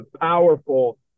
powerful